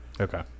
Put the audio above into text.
Okay